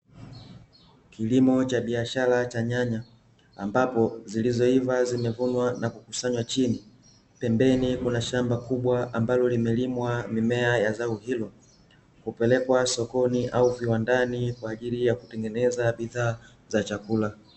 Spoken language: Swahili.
Kilimo cha biashara cha nyanya, ambapo zilizoiva zimevunwa na kukusanywa chini. Pembeni kuna shamba kubwa ambalo limelimwa mimea ya zao hilo. Hupelekwa sokoni au viwandani kwa ajili ya kutengeneza bidhaa za chakula.